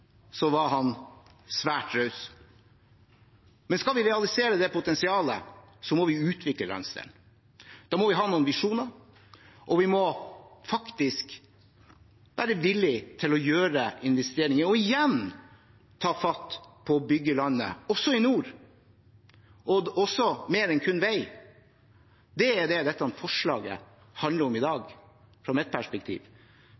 var svært raus. Men skal vi klare å realisere det potensialet, må vi utvikle landsdelen. Da må vi ha noen visjoner, og vi må faktisk være villig til å gjøre investeringer og igjen ta fatt på å bygge landet, også i nord – og mer enn kun vei. Det er det som dette forslaget handler om i